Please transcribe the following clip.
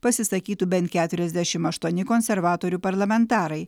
pasisakytų bent keturiasdešim aštuoni konservatorių parlamentarai